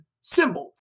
symbol